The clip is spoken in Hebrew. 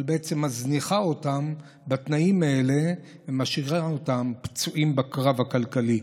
אבל בעצם מזניחה אותם בתנאים האלה ומשאירה אותם פצועים בקרב הכלכלי.